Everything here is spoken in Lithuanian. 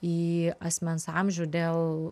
į asmens amžių dėl